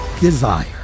desire